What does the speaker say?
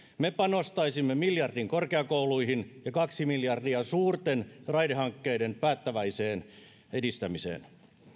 me panostaisimme miljardin korkeakouluihin ja kaksi miljardia suurten raidehankkeiden päättäväiseen edistämiseen